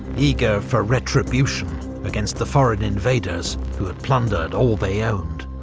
eager for retribution against the foreign invaders who'd plundered all they owned.